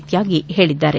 ತ್ಲಾಗಿ ಹೇಳಿದ್ದಾರೆ